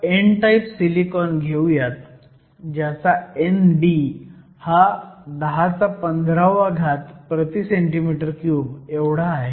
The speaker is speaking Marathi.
आता n टाईप सिलिकॉन घेऊयात ज्याचा ND हा 1015 cm 3 आहे